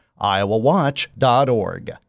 iowawatch.org